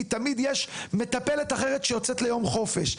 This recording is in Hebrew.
כי תמיד יש מטפלת אחרת שיוצאת ליום חופש.